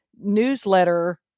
newsletter